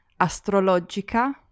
Astrologica